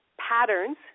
patterns